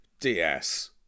DS